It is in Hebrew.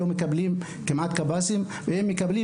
לכן אנחנו כמעט ולא מקבלים קב״סים ואם מקבלים,